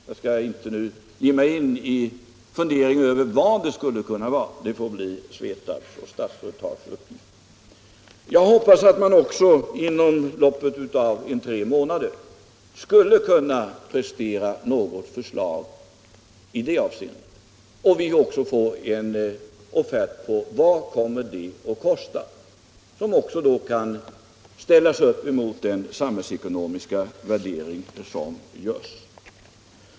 Jag skall nu inte ge mig in på några funderingar över vad slags sysselsättning det kan bli fråga om, utan det får bli Statsföretags och Svetabs uppgift. Jag hoppas att man även i detta fall inom loppet av tre månader kan prestera ett förslag i det avseendet och att vi då också får en offert på vad det kommer att kosta, så att detta kan ställas i förhållande till den samhällsekonomiska värderingen. Herr talman!